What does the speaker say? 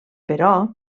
però